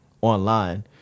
online